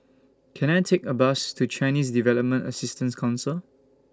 Can I Take A Bus to Chinese Development Assistance Council